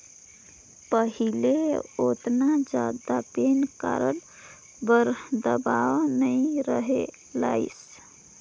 पहिले ओतना जादा पेन कारड बर दबाओ नइ रहें लाइस